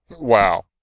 wow